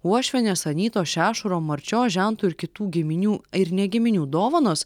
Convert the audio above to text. uošvienės anytos šešuro marčios žento ir kitų giminių ir ne giminių dovanos